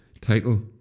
title